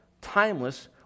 timeless